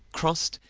crossed,